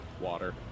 water